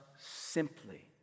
simply